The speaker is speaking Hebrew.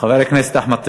חבר הכנסת אחמד טיבי.